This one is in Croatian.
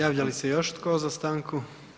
Javlja li se još tko za stanku?